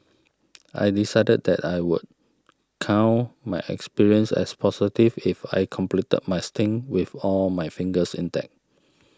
I decided that I would count my experience as positive if I completed my stint with all my fingers intact